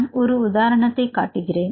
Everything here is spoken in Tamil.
நான் ஒரு உதாரணத்தை காட்டுகிறேன்